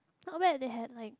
not bad they had like